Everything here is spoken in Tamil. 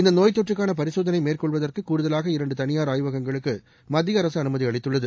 இந்தநோய்த்தொற்றுக்கானபரிசோதனைமேற்கொள்வதற்குகூடுதலாக இரண்டுதனியார் ஆய்வகங்களுக்குமத்திய அரசு அனுமதி அளித்துள்ளது